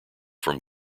from